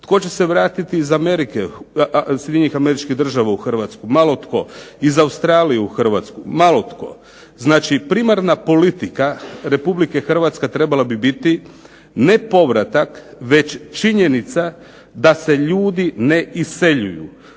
Tko će se vratiti iz Amerike, SAD-a u Hrvatsku? Malo tko. Iz Australije u Hrvatsku? Malo tko. Znači, primarna politika RH trebala bi biti ne povratak već činjenica da se ljudi ne iseljuju.